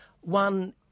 One